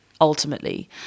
ultimately